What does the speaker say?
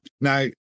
Now